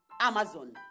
Amazon